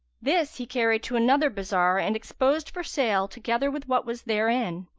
this he carried to another bazar and exposed for sale together with what was therein,